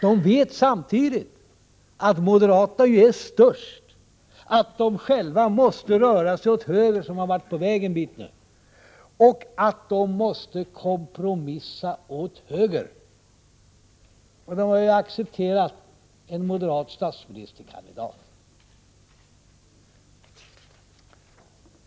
De vet samtidigt att moderaterna är störst, att de själva måste röra sig åt höger — de har nu kommit en bit på den vägen — och att de måste kompromissa åt höger. De har ju accepterat en moderat statsministerkandidat.